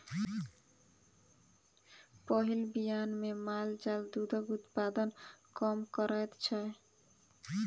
पहिल बियान मे माल जाल दूधक उत्पादन कम करैत छै